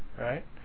right